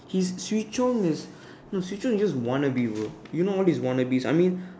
he's Swee-Chong no Swee-Chong is just wannabe bro you know all his wannabes